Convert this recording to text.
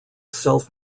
self